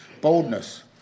Boldness